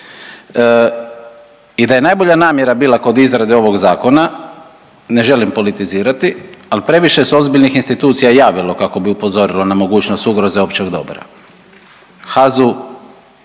I da je najbolja namjera bila kod izrade ovog zakona ne želim politizirati, ali previše se ozbiljnih institucija javilo kako bi upozorilo na mogućnost ugroze općeg dobra.